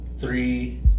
three